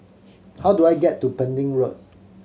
how do I get to Pending Road